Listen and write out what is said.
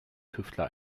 tüftler